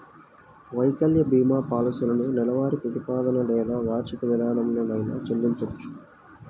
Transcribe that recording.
వైకల్య భీమా పాలసీలను నెలవారీ ప్రాతిపదికన లేదా వార్షిక విధానంలోనైనా చెల్లించొచ్చు